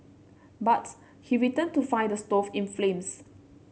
but he returned to find the stove in flames